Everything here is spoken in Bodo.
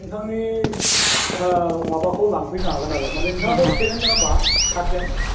नोंथांनि माबाखौ लांफैनो हागोन आरो माने नोंथाङाथ' पेरेन्ट नङा होनबा गारजेन